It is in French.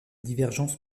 divergences